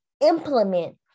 implement